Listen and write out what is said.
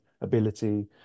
ability